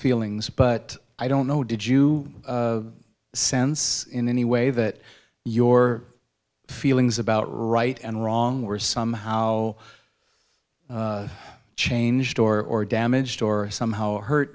feelings but i don't know did you sense in any way that your feelings about right and wrong were somehow changed or damaged or somehow hurt